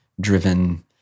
driven